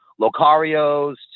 Locario's